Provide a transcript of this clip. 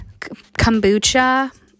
kombucha